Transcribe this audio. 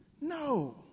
No